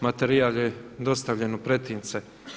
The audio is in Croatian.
Materijal je dostavljen u pretince.